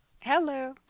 Hello